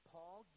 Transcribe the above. Paul